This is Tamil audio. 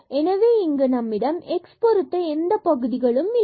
எனவே இங்கு நம்மிடம் x பொருத்த எந்த பகுதிகளும் இல்லை